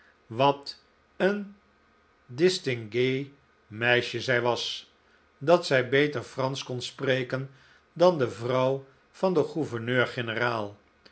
wat een distinguee meisje zij was dat zij beter fransch kon spreken dan de vrouw van den